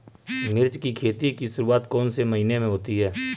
मिर्च की खेती की शुरूआत कौन से महीने में होती है?